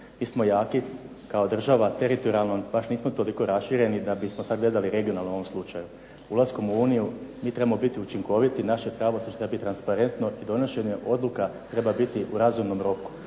Mi smo jaki kao država. Teritorijalno baš nismo toliko rašireni da bismo sad gledali regionalno u ovom slučaju. Ulaskom u Uniju mi trebamo biti učinkoviti i naše pravosuđe treba biti transparentno i donošenje odluka treba biti u razumnom roku.